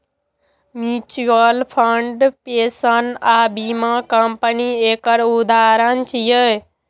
mutual fund, pension आ बीमा company एकर उदाहरण छियै